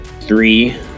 three